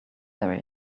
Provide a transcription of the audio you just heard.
there